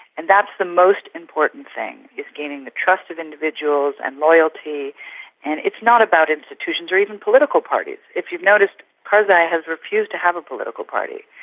and that's the most important thing. it's gaining the trust of individuals and loyalty and it's not about institutions or even political parties. if you notice karzai has refused to have a political party.